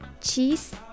cheese